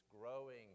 growing